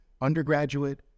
undergraduate